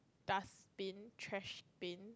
dustbin trashbin